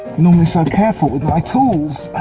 normally so careful with my tools.